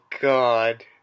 God